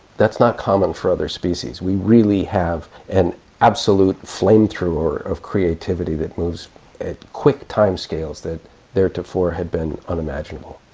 that's not common for other species. we really have an absolute flamethrower of creativity that moves at quick timescales that theretofore had been unimaginable.